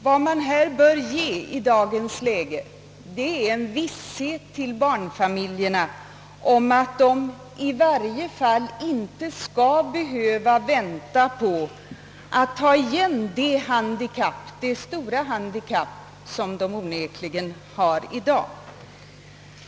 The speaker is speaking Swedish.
Vad man i dagens läge bör göra är att ge barnfamiljerna visshet om att de i varje fall inte skall behöva vänta på att få ta igen det stora handikapp som de onekligen har för närvarande.